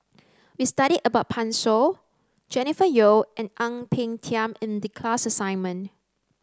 we studied about Pan Shou Jennifer Yeo and Ang Peng Tiam in the class assignment